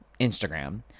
Instagram